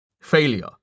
Failure